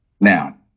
now